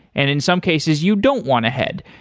and in some cases you don't want a head.